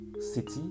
city